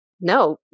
no